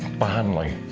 finally